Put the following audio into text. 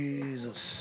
Jesus